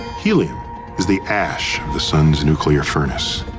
helium is the ash of the sun's nuclear furnace.